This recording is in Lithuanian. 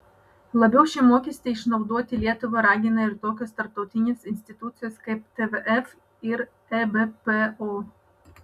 labiau šį mokestį išnaudoti lietuvą ragina ir tokios tarptautinės institucijos kaip tvf ir ebpo